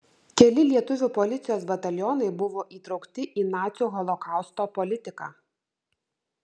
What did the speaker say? keli lietuvių policijos batalionai buvo įtraukti į nacių holokausto politiką